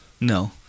No